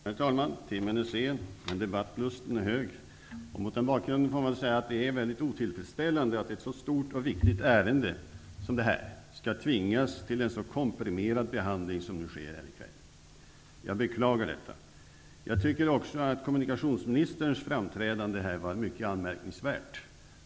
Herr talman! Timmen är sen, men debattlusten är stor. Mot den bakgrunden vill jag säga att det är väldigt otillfredsställande att vi skall tvingas till en så komprimerad behandling av ett så stort och viktigt ärende som är fallet här i kväll. Jag beklagar detta. Jag tycker också att kommunikationsministerns framträdande här var mycket anmärkningsvärt.